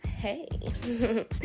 Hey